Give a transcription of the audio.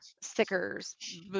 stickers